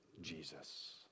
Jesus